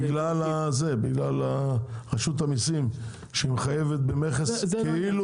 בגלל רשות המיסים שהיא מחייבת במכס כאילו